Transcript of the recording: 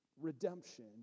redemption